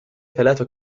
ثلاث